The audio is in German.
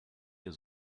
der